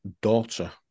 daughter